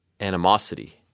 animosity